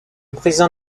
président